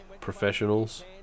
professionals